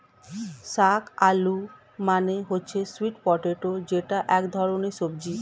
শাক আলু মানে হচ্ছে স্যুইট পটেটো যেটা এক ধরনের সবজি